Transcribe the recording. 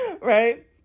right